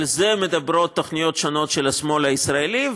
על זה מדברות תוכניות שונות של השמאל הישראלי,